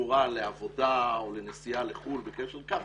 בתמורה לעבודה או לנסיעה לחו"ל וכיוצא בכך,